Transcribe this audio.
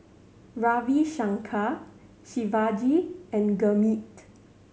Ravi Shankar Shivaji and Gurmeet